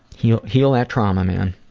heal heal that trauma, man.